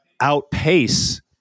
outpace